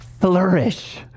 flourish